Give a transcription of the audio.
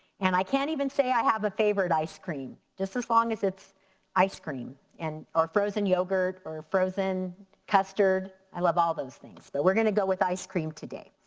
and i can't even say i have a favorite ice cream. just as long as it's ice cream and or frozen yogurt or frozen custard, i love all those things. but we're gonna go with ice cream today.